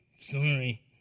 sorry